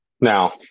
Now